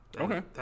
Okay